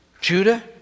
Judah